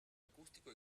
acústico